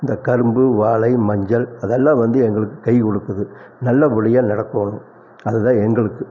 இந்த கரும்பு வாழை மஞ்சள் அதெல்லாம் வந்து எங்களுக்கு கை கொடுக்குது நல்ல படியாக நடக்கணும் அதுதான் எங்களுக்கு